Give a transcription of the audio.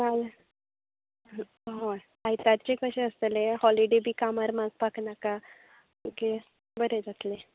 ना हय आयतारचें कशें आसतलें हॉलिडे बी कामार मागपा नाका ओके बरें जातलें